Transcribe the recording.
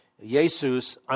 Jesus